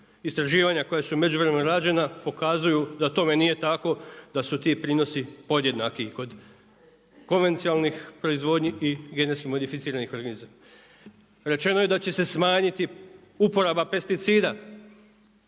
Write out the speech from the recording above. Istraživanja koja su u međuvremenu rađena pokazuju da tome nije tako da su ti prinosi podjednaki i kod konvencijalnih proizvodnji i GMO-a. Rečeno je da će se smanjiti uporaba pesticida,